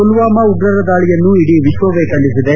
ಪುಲ್ಲಾಮಾ ಉಗ್ರರ ದಾಳಿಯನ್ನು ಇಡೀ ವಿಶ್ವವೇ ಖಂಡಿಸಿದೆ